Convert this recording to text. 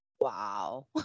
wow